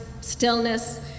stillness